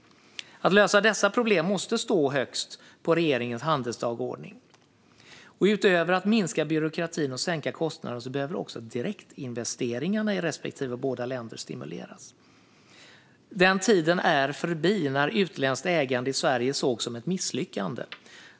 Att lösa dessa problem måste stå högst på regeringens handelsdagordning. Utöver att minska byråkratin och sänka kostnaderna behöver man också stimulera direktinvesteringarna i båda länderna. Den tid är förbi när utländskt ägande i Sverige sågs som ett misslyckande.